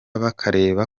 bakareba